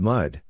Mud